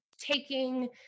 taking